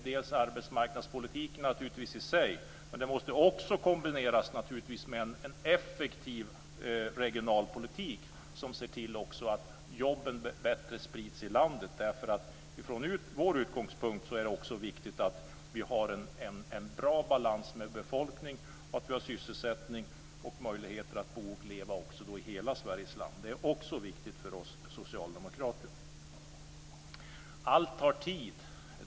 Det är bl.a. arbetsmarknadspolitiken i sig, men det måste också kombineras med en effektiv regionalpolitik som ser till att jobben sprids bättre i landet. Från vår utgångspunkt är det viktigt att vi har en bra balans med befolkning, sysselsättning och möjligheter att bo och leva i hela Sveriges land. Det är också viktigt för oss socialdemokrater. Allt tar tid.